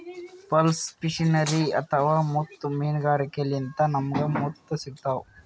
pearl fisheries ಅಥವಾ ಮುತ್ತ್ ಮೀನ್ಗಾರಿಕೆಲಿಂತ್ ನಮ್ಗ್ ಮುತ್ತ್ ಸಿಗ್ತಾವ್